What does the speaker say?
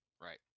Right